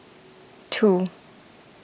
two